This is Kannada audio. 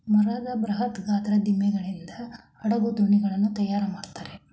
ಮರದ ಬೃಹತ್ ಗಾತ್ರದ ದಿಮ್ಮಿಗಳಿಂದ ಹಡಗು, ದೋಣಿಗಳನ್ನು ತಯಾರು ಮಾಡುತ್ತಾರೆ